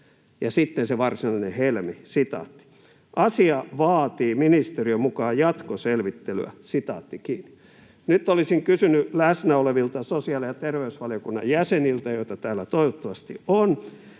sitten se varsinainen helmi: ”Asia vaatii ministeriön mukaan jatkoselvittelyä.” Nyt olisin kysynyt läsnä olevilta sosiaali‑ ja terveysvaliokunnan jäseniltä, joita täällä toivottavasti on: